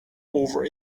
over